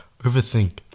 overthink